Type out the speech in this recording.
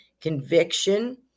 conviction